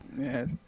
Yes